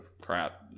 crap